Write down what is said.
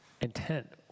intent